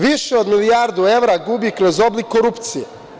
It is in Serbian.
Više od milijardu evra gubi kroz oblik korupcije.